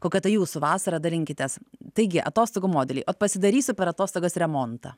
kokia ta jūsų vasara dalinkitės taigi atostogų modelį ot pasidarysiu per atostogas remontą